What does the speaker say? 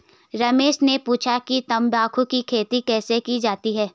रमेश ने पूछा कि तंबाकू की खेती कैसे की जाती है?